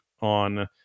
on